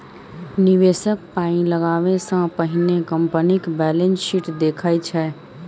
निबेशक पाइ लगाबै सँ पहिने कंपनीक बैलेंस शीट देखै छै